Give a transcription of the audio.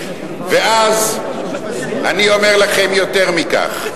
אני אומר לכם יותר מכך.